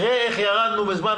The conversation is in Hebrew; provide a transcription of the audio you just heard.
איפה יש מחסור יותר גדול,